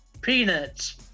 peanuts